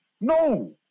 No